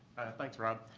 thanks, rob.